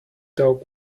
dog